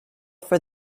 for